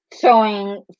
showing